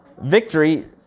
victory